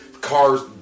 cars